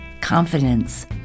confidence